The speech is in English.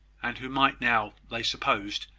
and who might now, they supposed,